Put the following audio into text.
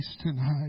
tonight